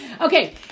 Okay